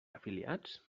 afiliats